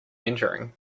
entering